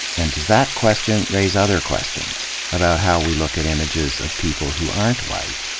and does that question raise other questions, about how we look at images of people who aren't white?